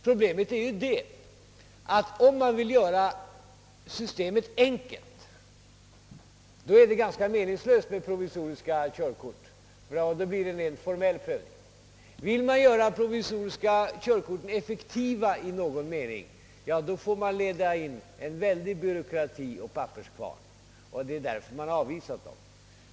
Problemet är ju att det, om man vill göra systemet enkelt, är ganska meningslöst med provisoriska körkort. Det blir i så fall en rent formell prövning. Vill man göra de provisoriska körkorten effektiva i något avseende, får man leda in en omfattande byråkrati och papperskvarn. Det är därför man har avvisat förslaget.